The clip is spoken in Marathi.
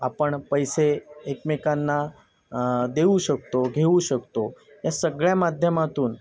आपण पैसे एकमेकांना देऊ शकतो घेऊ शकतो या सगळ्या माध्यमातून